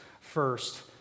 first